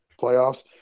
playoffs